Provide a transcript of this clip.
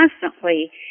constantly